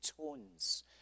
tones